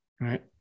right